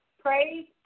praise